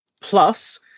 plus